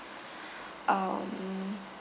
um